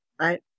right